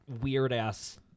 weird-ass